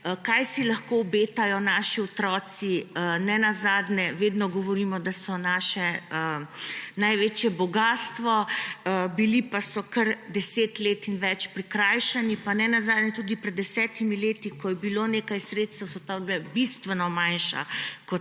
Kaj si lahko obetajo naši otroci? Ne nazadnje vedno govorimo, da so naše največje bogastvo, bili pa so kar 10 let in več prikrajšani, pa tudi pred 10 leti, ko je bilo nekaj sredstev, so ta bila bistveno manjša, kot